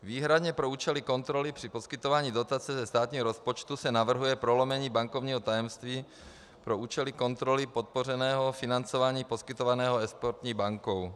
Výhradně pro účely kontroly při poskytování dotace ze státního rozpočtu se navrhuje prolomení bankovního tajemství pro účely kontroly podpořeného financování poskytovaného exportní bankou.